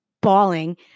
bawling